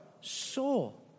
Soul